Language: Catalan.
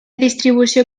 distribució